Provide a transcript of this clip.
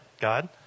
God